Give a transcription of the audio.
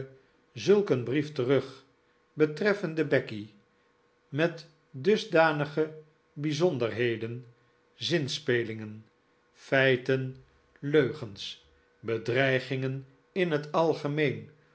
zulk een brief terug betreffende becky met dusdanige bijzonderheden zinspelingen feiten leugens bedreigingen in het algemeen